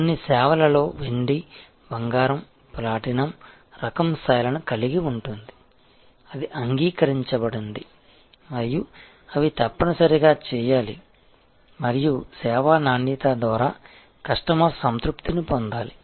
కొన్ని సేవలలో వెండి బంగారం ప్లాటినం రకం స్థాయిలను కలిగి ఉంటుంది అది అంగీకరించబడింది మరియు అవి తప్పనిసరిగా చేయాలి మరియు సేవా నాణ్యత ద్వారా కస్టమర్ సంతృప్తిని పొందాలి